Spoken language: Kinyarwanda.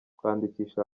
kwandikisha